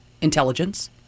Intelligence